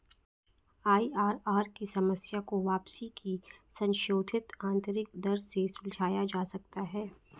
IRR की समस्या को वापसी की संशोधित आंतरिक दर से सुलझाया जा सकता है